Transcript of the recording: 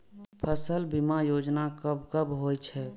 फसल बीमा योजना कब कब होय छै?